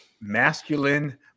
Masculine